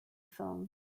phone